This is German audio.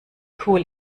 cool